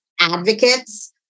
advocates